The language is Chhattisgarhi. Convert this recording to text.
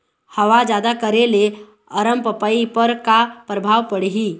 हवा जादा करे ले अरमपपई पर का परभाव पड़िही?